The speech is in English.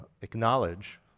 acknowledge